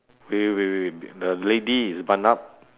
wait wait wait wait the lady is bun up